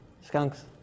Skunks